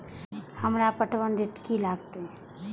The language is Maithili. हमरा पटवन रेट की लागते?